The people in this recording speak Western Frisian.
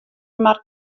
mar